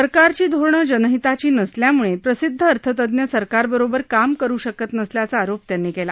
सरकारची धोरणं जनहिताची नसल्यामुळे प्रसिद्ध अर्थतज्ञ सरकारबरोबर काम करु शकत नसल्याचा आरोप त्यांनी केला